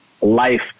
life